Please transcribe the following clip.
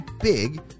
big